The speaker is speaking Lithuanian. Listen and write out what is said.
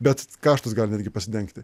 bet kaštas gali netgi pasidengti